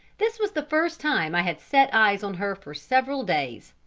this was the first time i had set eyes on her for several days.